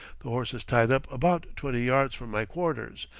the horse is tied up about twenty yards from my quarters,